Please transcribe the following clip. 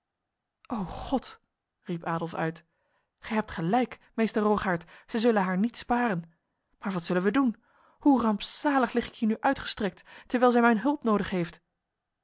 o god riep adolf uit gij hebt gelijk meester rogaert zij zullen haar niet sparen maar wat zullen wij doen hoe rampzalig lig ik hier nu uitgestrekt terwijl zij mijn hulp nodig heeft